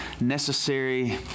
necessary